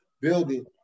building